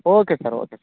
okay sir okay sir